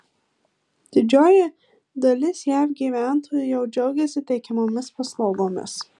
didžioji dalis jav gyventojų jau džiaugiasi teikiamomis paslaugomis